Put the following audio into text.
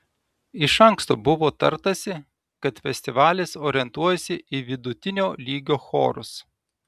iš anksto buvo tartasi kad festivalis orientuojasi į vidutinio lygio chorus